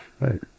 right